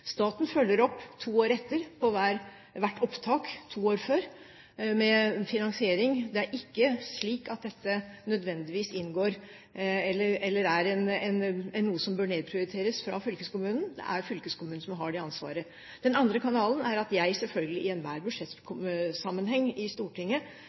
Staten følger opp to år etter, på hvert opptak to år før, med finansiering. Det er ikke slik at dette nødvendigvis er noe som bør nedprioriteres fra fylkeskommunen. Det er fylkeskommunen som har det ansvaret. Den andre kanalen er at jeg, sammen med Kommunal- og regionaldepartementet, selvfølgelig i enhver